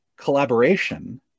collaboration